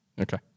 Okay